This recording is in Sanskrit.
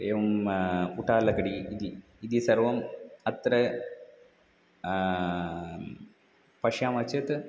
एवं उटालकडी इति इति सर्वम् अत्र पश्यामः चेत्